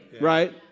Right